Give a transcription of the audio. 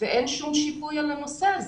ואין שום שיפוי על הנושא הזה.